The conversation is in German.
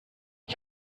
ich